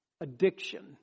Addiction